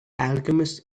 alchemist